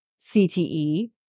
CTE